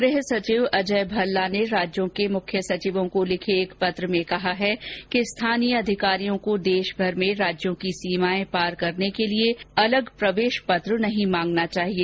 गृह सचिव अजय भल्ला ने राज्यों के मुख्य सचिवों को लिखे एक पत्र में कहा है कि स्थानीय अधिकारियों को देशभर में राज्यों की सीमाएं पार करने के लिए अलग प्रवेश पत्र नहीं मांगना चाहिए